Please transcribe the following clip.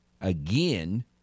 again